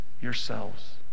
yourselves